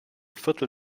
viertel